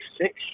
six